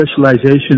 specialization